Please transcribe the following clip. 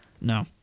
No